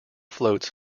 floats